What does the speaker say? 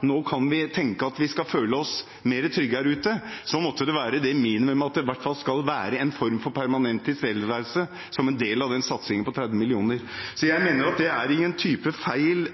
nå kan vi tenke at vi skal føle oss tryggere her ute, måtte det minimumet i hvert fall være en form for permanent tilstedeværelse som en del av satsingen på 30 mill. kr. Det er ingen feil